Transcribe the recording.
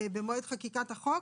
במועד חקיקת החוק,